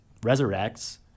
resurrects